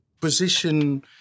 position